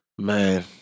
Man